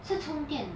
是充电